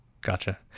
Gotcha